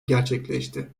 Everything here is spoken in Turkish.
gerçekleşti